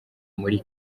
muri